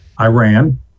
Iran